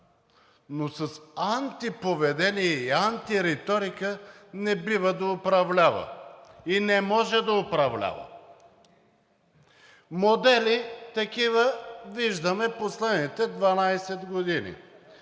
но с антиповедение и антириторика не бива да управлява и не може да управлява. Такива модели виждаме последните 12 години.